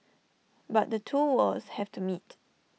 but the two worlds have to meet